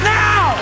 now